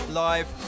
live